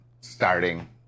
starting